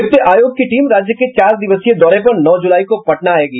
वित्त आयोग की टीम राज्य के चार दिवसीय दौरे पर नौ जुलाई को पटना आएगी